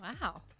Wow